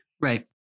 right